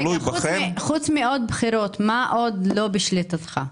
חוץ מעוד בחירות, מה עוד לא בשליטתך?